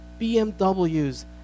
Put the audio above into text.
BMWs